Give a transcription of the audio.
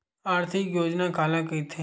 आर्थिक योजना काला कइथे?